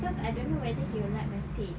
cause I don't know whether he will like my taste